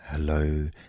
Hello